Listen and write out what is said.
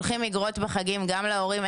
אנחנו שולחים אגרות בחגים גם להורים.